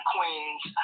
Queens